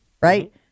right